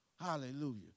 Hallelujah